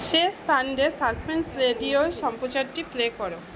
শেষ Sunday suspense radio সম্প্রচারটি play করো